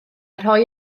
rhoi